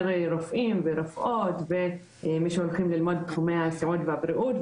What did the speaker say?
רופאים ורופאות ומי שהולכים ללמוד את תחומי הסיעוד והבריאות,